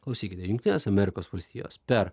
klausykite jungtinės amerikos valstijos per